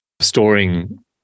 storing